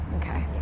Okay